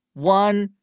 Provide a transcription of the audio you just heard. one,